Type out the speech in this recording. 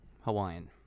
Hawaiian